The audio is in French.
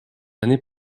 années